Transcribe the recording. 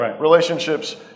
relationships